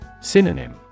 Synonym